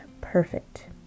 perfect